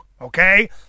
okay